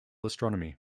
astronomy